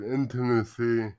intimacy